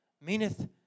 meaneth